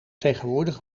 tegenwoordig